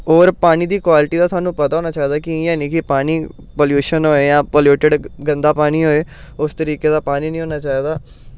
होर पानी दी क्वालिटी दा थाह्नूं पता होना चाहिदा कि इ'यां निं कि पानी पलूशन होए जां पलूटड गंदा पानी होए उस तरीके दा पानी निं होना चाहिदा